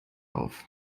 auf